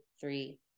three